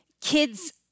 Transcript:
kids